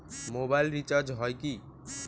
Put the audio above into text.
Mobile recharge হয় কি?